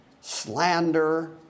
slander